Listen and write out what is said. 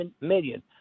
million